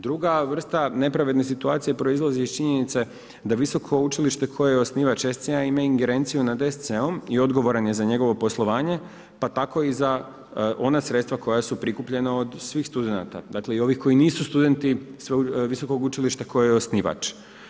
Druga vrsta nepravedne situacije proizlazi iz činjenice da visoko učilište koje je osnivač SC ima ingerenciju nad SC-om i odgovoran za njegovo poslovanje pa tako i za ona sredstva koja su prikupljena od svih studenata, dakle i ovi koji nisu studenti visokog učilišta koje je osnivač.